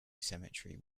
cemetery